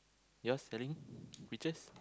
yours selling peaches